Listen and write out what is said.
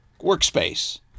workspace